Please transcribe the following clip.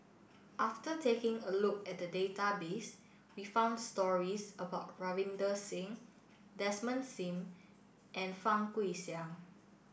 after taking a look at the database we found stories about Ravinder Singh Desmond Sim and Fang Guixiang